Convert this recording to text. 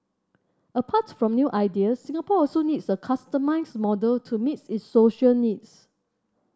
apart from new ideas Singapore also needs a customised model to meet its social needs